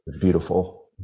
Beautiful